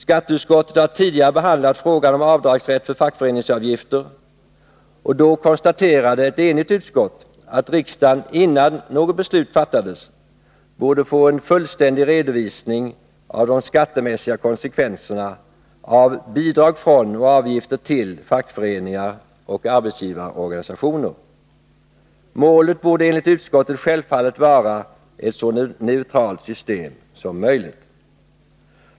Skatteutskottet har tidigare behandlat frågan om avdragsrätt för fackföreningsavgifter, och då konstaterade ett enigt utskott att riksdagen innan något beslut fattades borde få en fullständig redovisning av de skattemässiga konsekvenserna av bidrag från och avgifter till fackföreningar och arbetsgivarorganisationer. Målet borde enligt utskottet självfallet vara ett så neutralt system som möjligt.